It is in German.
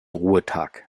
ruhetag